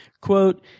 quote